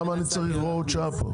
למה אני צריך הוראת שעה פה?